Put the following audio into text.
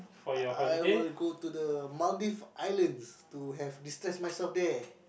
I I will go to the Maldives islands to have distance myself there